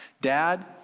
Dad